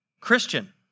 Christian